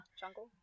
Jungle